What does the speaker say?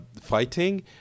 fighting